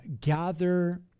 gather